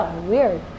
weird